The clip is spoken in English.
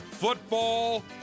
football